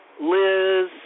Liz